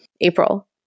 April